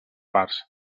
parts